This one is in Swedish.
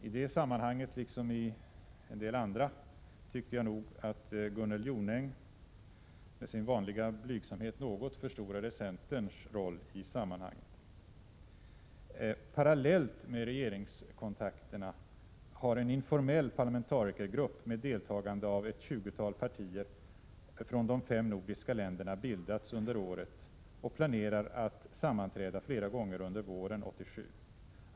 I det sammanhanget, liksom i en del andra, tyckte jag att Gunnel Jonäng med sin vanliga blygsamhet något förstorade centerns roll. Parallellt med regeringskontakterna har en informell parlamentarikergrupp med deltagande av ett tjugotal partier från de fem nordiska länderna bildats under året, och den planerar att sammanträda flera gånger under våren 1987.